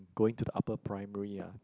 going to the upper primary ah